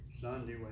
Sunday